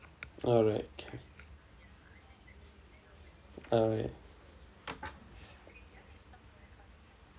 alright alright